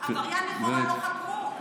את העבריין לכאורה לא חקרו.